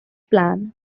plan